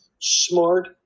smart